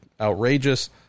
outrageous